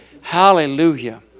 Hallelujah